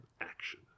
action